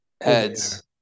Heads